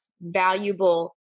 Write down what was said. valuable